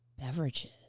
beverages